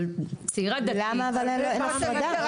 צעירה דתית --- למה אבל אין הפרדה?